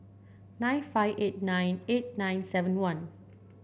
nine five eight nine eight nine seven one